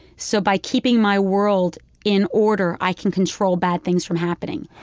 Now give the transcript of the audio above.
so by keeping my world in order, i can control bad things from happening.